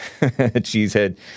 Cheesehead